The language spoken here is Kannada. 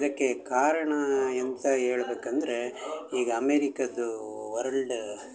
ಇದಕ್ಕೆ ಕಾರಣ ಎಂತ ಹೇಳ್ಬೇಕಂದ್ರೇ ಈಗ ಅಮೇರಿಕದ್ದೂ ವರ್ಲ್ಡ್